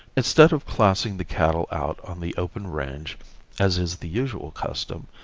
instead of classing the cattle out on the open range as is the usual custom,